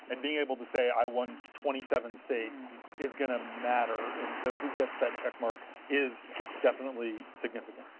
and being able to say i won twenty seven states is going to matter. and so who gets that checkmark is definitely significant.